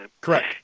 Correct